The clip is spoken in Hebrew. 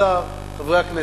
השר, חברי הכנסת,